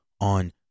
on